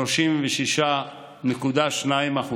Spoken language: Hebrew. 36.2%,